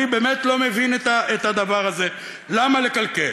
אני באמת לא מבין את הדבר הזה, למה לקלקל?